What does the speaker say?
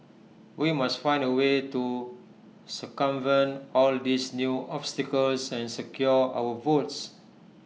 we must find A way to circumvent all these new obstacles and secure our votes